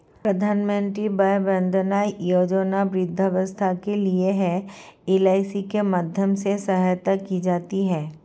प्रधानमंत्री वय वंदना योजना वृद्धावस्था के लिए है, एल.आई.सी के माध्यम से सहायता की जाती है